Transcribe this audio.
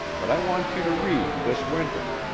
but i want you to read this winter,